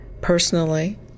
personally